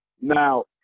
Now